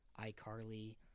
iCarly